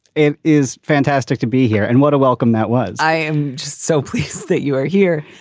it is fantastic to be here and what a welcome that was. i am just so pleased that you are here.